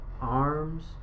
arms